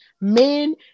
men